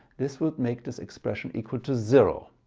this would make this expression equal to zero.